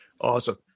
Awesome